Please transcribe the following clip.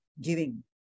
giving